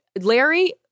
Larry